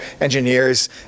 engineers